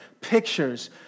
pictures